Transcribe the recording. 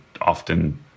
often